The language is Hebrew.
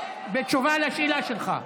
בתשובה על השאלה שלך.